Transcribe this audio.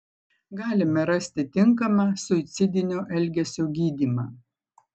galime rasti tinkamą suicidinio elgesio gydymą